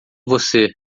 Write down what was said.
você